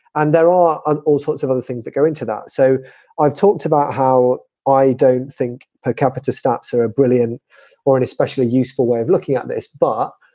and there are are all sorts of other things that go into that. so i've talked about how i don't think per capita stops are a brilliant or an especially useful way of looking at this bar.